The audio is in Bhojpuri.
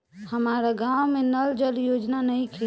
हमारा गाँव मे नल जल योजना नइखे?